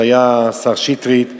השר שטרית,